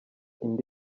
indi